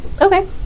Okay